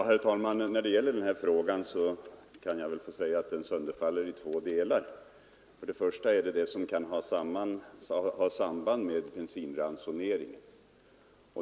Herr talman! Denna fråga sönderfaller i två delar. Den första gäller det som kan ha samband med bensinransoneringen.